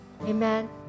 Amen